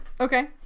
Okay